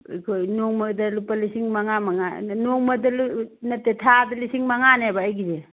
ꯑꯩꯈꯣꯏ ꯅꯣꯡꯃꯗ ꯂꯨꯄꯥ ꯂꯤꯁꯤꯡ ꯃꯉꯥ ꯃꯉꯥ ꯅꯣꯡꯃꯗ ꯅꯠꯇꯦ ꯊꯥꯗ ꯂꯤꯁꯤꯡ ꯃꯉꯥꯅꯦꯕ ꯑꯩꯒꯤꯁꯦ